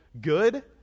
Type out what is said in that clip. good